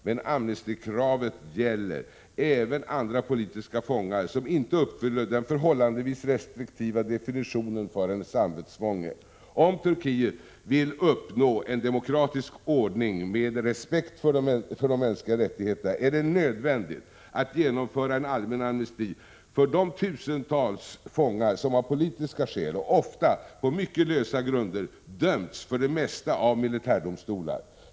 Men amnestikravet gäller även andra politiska fångar som inte uppfyller den förhållandevis restriktiva definitionen för en samvetsfånge. Om Turkiet vill uppnå en demokratisk ordning med respekt för de mänskliga rättigheterna, är det nödvändigt att genomföra en allmän amnesti för de tusentals fångar som av politiska skäl och ofta på mycket lösa grunder dömts, för det mesta av militärdomstolar.